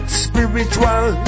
spiritual